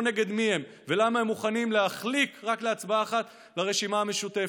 נגד מי הם ולמה הם מוכנים להחליק רק להצבעה אחת לרשימה המשותפת.